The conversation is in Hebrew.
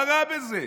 מה רע בזה?